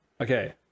Okay